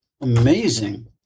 Amazing